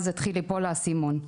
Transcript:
אז התחיל ליפול האסימון,